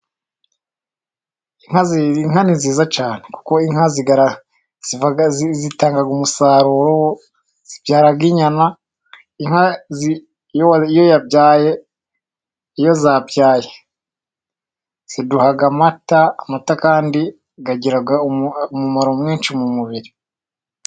Inka ni nziza cyane kuko inka zitanga umusaruro zibyara inyana, inka iyo yabyaye, iyo zabyaye ziduha amata, amata kandi agira umumaro mwinshi mu mubiri.